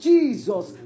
Jesus